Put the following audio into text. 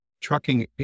trucking